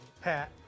Pat